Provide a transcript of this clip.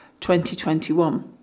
2021